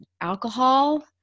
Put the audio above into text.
alcohol